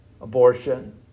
abortion